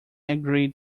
agreed